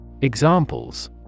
Examples